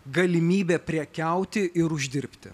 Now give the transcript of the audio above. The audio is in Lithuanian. galimybė prekiauti ir uždirbti